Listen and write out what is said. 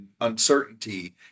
uncertainty